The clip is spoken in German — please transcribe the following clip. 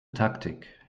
taktik